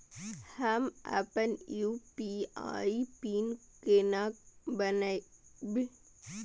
हम अपन UPI pin केना बनैब?